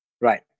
Right